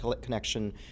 Connection